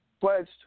pledged